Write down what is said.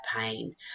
pain